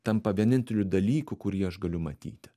tampa vieninteliu dalyku kurį aš galiu matyti